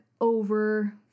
over